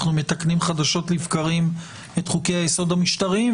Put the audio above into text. אנחנו מתקנים חדשות לבקרים את חוקי-היסוד המשטריים,